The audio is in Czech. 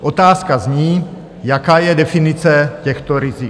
Otázka zní: Jaká je definice těchto rizik?